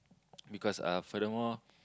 because uh furthermore